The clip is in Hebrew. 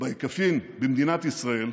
ובעקיפין במדינת ישראל,